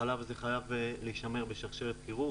החלב הזה חייב להישמר בשרשרת קירור,